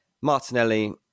Martinelli